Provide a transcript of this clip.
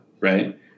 right